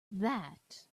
that